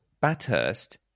Bathurst